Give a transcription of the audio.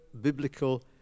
biblical